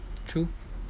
true